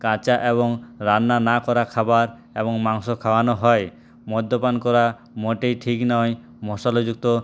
কাঁচা এবং রান্না না করা খাবার এবং মাংস খাওয়ানো হয় মদ্যপান করা মোটেই ঠিক নয় মশলাযুক্ত